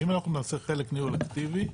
אם אנחנו נעשה חלק ניהול אקטיבי,